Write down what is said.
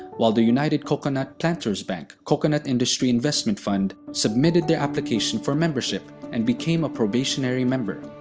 while the united coconut planters bank coconut industry investment fund submitted their application for membership, and became a probationary member.